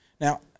Now